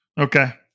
Okay